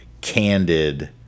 candid